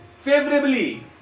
favorably